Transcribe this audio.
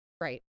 Right